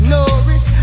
Norris